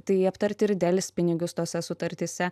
tai aptarti ir delspinigius tose sutartyse